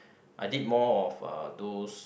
I did more of uh those